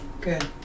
Good